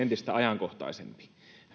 entistä ajankohtaisempi